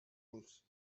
books